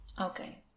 okay